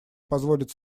позволит